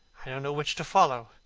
i don't know which to follow.